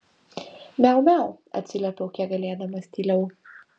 miau miau atsiliepiau kiek galėdamas tyliau